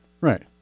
right